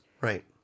Right